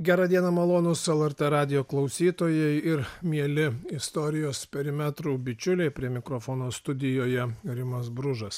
gerą dieną malonūs lrt radijo klausytojai ir mieli istorijos perimetrų bičiuliai prie mikrofono studijoje rimas bružas